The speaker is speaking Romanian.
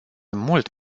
mult